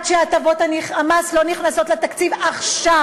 עד שהטבות המס לא נכנסות לתקציב עכשיו